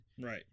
Right